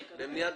בסדר.